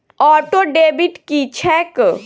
Auto debit की छैक?